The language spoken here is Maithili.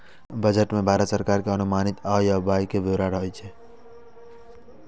बजट मे भारत सरकार के अनुमानित आय आ व्यय के ब्यौरा रहै छै